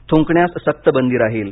थुंकण्यास सक्त बंदी राहील